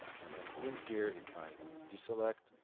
and then in here, if i deselect,